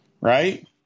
right